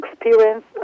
experience